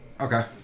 Okay